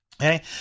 Okay